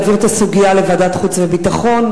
להעביר את הסוגיה לוועדת חוץ וביטחון,